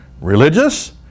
religious